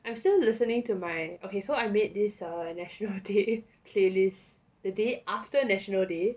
I'm still listening to my okay so I made err this national day playlist the day after national day